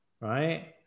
right